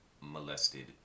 molested